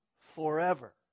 forever